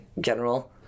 general